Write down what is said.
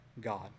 God